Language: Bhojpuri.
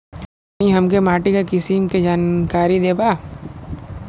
तनि हमें माटी के किसीम के जानकारी देबा?